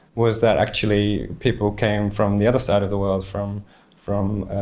was that actually people came from the other side of the world from from